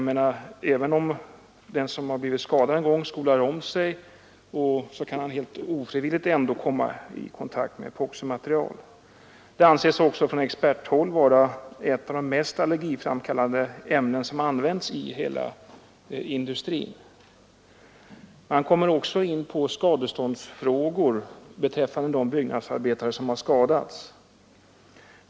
Och även om den som en gång blivit skadad skolar om sig, kan han ju helt ofrivilligt komma i kontakt med epoximaterial. Epoxi anses från experthåll vara ett av de mest allergiframkallande ämnen som används i industrin. Man kommer också in på skadeståndsfrågor beträffande de byggnadsarbetare som har skadats.